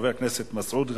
חבר הכנסת מסעוד גנאים,